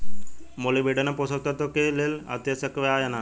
Molybdenum पोषक तत्व पौधा के लेल अतिआवश्यक बा या न?